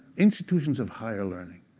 institutions of higher learning,